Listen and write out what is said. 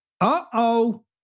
Uh-oh